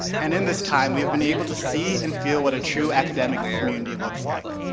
and in this time, we have been able to see and feel what a true academic community looks like.